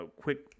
quick